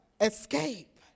Escape